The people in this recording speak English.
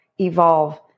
evolve